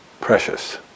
precious